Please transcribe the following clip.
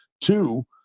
two